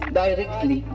directly